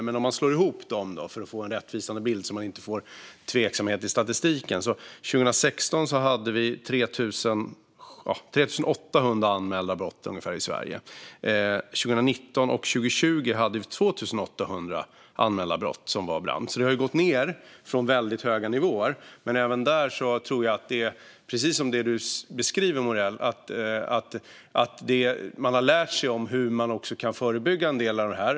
Men låt oss slå ihop dessa för att få en rättvisande bild och undvika tveksamheter i statistiken. År 2016 hade vi ungefär 3 800 sådana anmälda brott i Sverige. År 2019 och 2020 hade vi 2 800 anmälda brott som gällde brand. Det har alltså gått ned från väldigt höga nivåer. Jag tror att det är precis som Morell beskriver: Man har lärt sig hur man kan förebygga en del av det här.